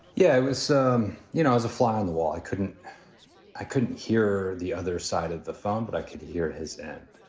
yeah, it was, so um you know, as a fly on the wall. i couldn't i couldn't hear the other side of the phone, but i could hear his head.